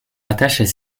rattachent